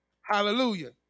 Hallelujah